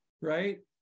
right